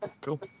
Cool